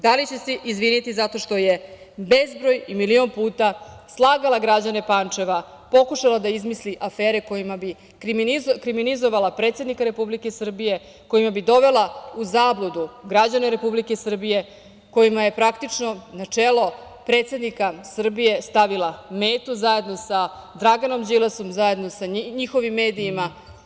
Da li će se izviniti zato što je bezbroj i milion puta slagala građane Pančeva, pokušala da izmisli afere kojima bi kriminizovala predsednika Republike Srbije, kojima bi dovela u zabludu građane Republike Srbije kojima je praktično na čelo predsednika Srbije stavila metu zajedno sa Draganom Đilasom, zajedno sa njihovim medijima?